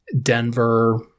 Denver